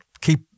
keep